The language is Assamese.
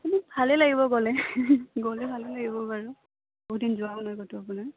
আপুনি ভালেই লাগিব গ'লে গ'লে ভালে লাগিব বাৰু বহুত দিন যোৱাও নাই কতো আপোনাৰ